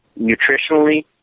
nutritionally